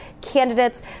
candidates